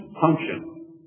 function